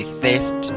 thirst